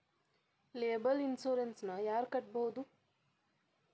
Liable insurance ನ ಯಾರ್ ಕಟ್ಬೊದು?